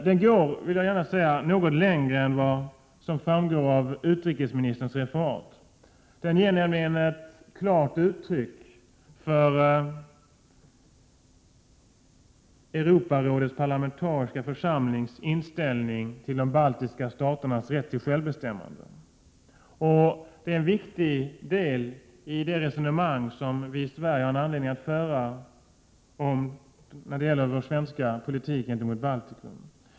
Den går något längre än vad som framgår av utrikesministerns referat. Den ger nämligen ett klart uttryck för Europarådets parlamentariska församlings inställning till de baltiska staternas rätt till självbestämmande. Det är en viktig del i det resonemang som vi i Sverige har anledning att föra när det gäller vår svenska politik gentemot Baltikum.